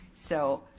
so,